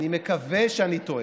אני מקווה שאני טועה,